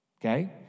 Okay